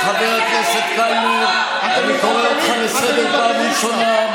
חבר הכנסת קלנר, אני קורא אותך לסדר פעם ראשונה.